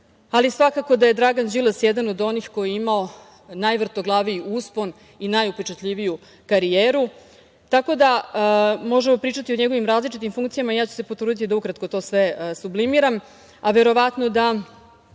ali svakako da je Dragan Đilas jedan od onih koji je imao najvrtoglaviji uspon i najupečatljiviju karijeru. Tako da možemo pričati o njegovim različitim funkcijama. Ja ću se potruditi da ukratko sve sublimiram, ali verovatno da